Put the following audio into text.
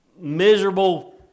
miserable